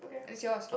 where's yours